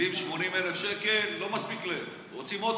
80,000-70,000 שקל לא מספיק להם, רוצים עוד